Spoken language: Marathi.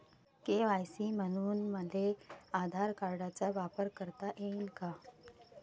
के.वाय.सी म्हनून मले आधार कार्डाचा वापर करता येईन का?